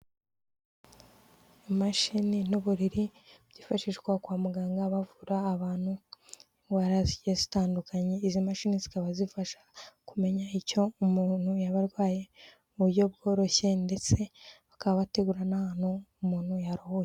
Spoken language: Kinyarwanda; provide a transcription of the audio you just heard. Imashini n'uburiri byifashishwa kwa muganga bavura abantu indwara zigiye zitandukanye, izi mashini zikaba zifasha kumenya icyo umuntu yaba arwaye mu buryo bworoshye ndetse bakaba bategura n'ahantu umuntu yaruhukira.